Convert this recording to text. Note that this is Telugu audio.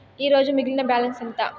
ఈరోజు మిగిలిన బ్యాలెన్స్ ఎంత?